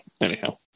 anyhow